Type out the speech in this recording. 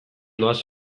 doaz